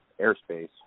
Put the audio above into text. airspace